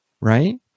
right